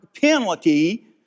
penalty